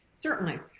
certainly.